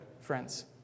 friends